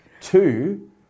two